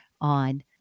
on